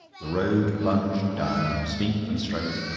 the road plunged down, steep and straight,